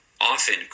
often